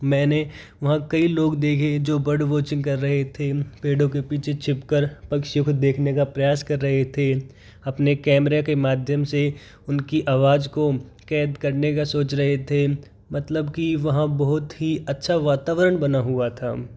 मैंने वहाँ कई लोग देखेँ जो बर्ड वॉचिंग कर रहे थे पेड़ों के पीछे छिप कर पक्षियों को देखने का प्रयास कर रहे थे अपने कैमरे के माध्यम से उनकी आवाज को कैद करने का सोच रहे थे मतलब की वहाँ बहुत ही अच्छा वातावरण बना हुआ था